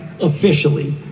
officially